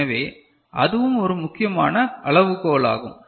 எனவே அதுவும் ஒரு முக்கியமான அளவுகோலாகும்